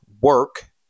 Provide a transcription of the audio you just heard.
work